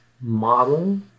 model